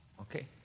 okay